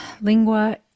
lingua